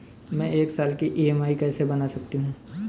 मैं एक साल की ई.एम.आई कैसे बना सकती हूँ?